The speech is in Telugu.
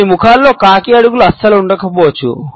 కొన్ని ముఖాల్లో కాకి అడుగులు అస్సలు ఉండకపోవచ్చు